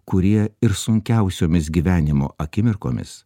kurie ir sunkiausiomis gyvenimo akimirkomis